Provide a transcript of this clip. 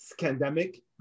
scandemic